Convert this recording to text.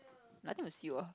nothing to see what